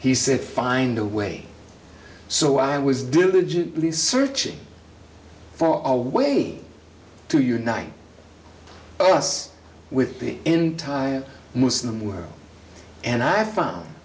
he said find a way so i was do the searching for a way to unite us with the entire muslim world and i have found